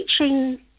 teaching